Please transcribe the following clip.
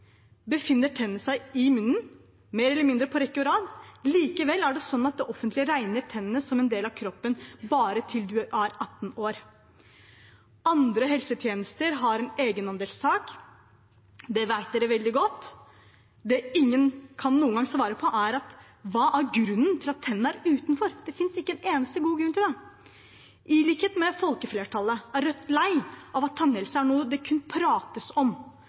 befinner tennene seg i munnen, mer eller mindre på rekke og rad. Likevel er det sånn at det offentlige regner tennene som en del av kroppen bare til man er 18 år. Andre helsetjenester har et egenandelstak. Det vet dere veldig godt, men det ingen noen gang kan svare på, er: Hva er grunnen til at tennene er utenfor? Det finnes ikke en eneste god grunn til det. I likhet med folkeflertallet er Rødt lei av at tannhelse er noe det kun prates om.